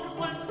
what